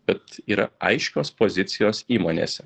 bet yra aiškios pozicijos įmonėse